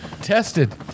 tested